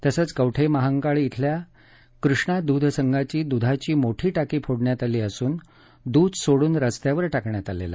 तसेच कवठे मंहकाळ धिल्या कृष्णा दूधसंघाची दुधाची मोठी टाकी फोडली असून दूध सोडून रस्त्यावर टाकण्यात आलं